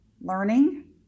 learning